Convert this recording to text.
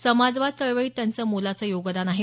समाजवादी चळवळीत त्यांचं मोलाचं योगदान आहे